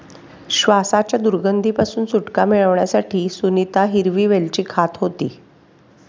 श्वासाच्या दुर्गंधी पासून सुटका मिळवण्यासाठी सुनीता हिरवी वेलची खात होती